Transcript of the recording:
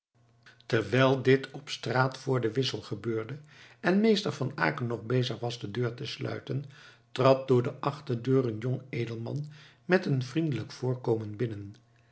terwijl dit op straat vr de wissel gebeurde en meester van aecken nog bezig was de deur te sluiten trad door de achterdeur een jong edelman met een vriendelijk voorkomen binnen